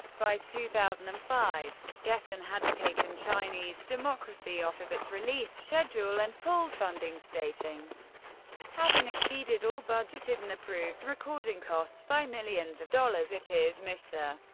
by two thousand and five, geffen had taken chinese democracy off of its release schedule and pulled funding, stating having exceeded all budgeted and approved recording costs by millions of dollars, it is mr.